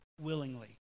willingly